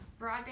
Broadband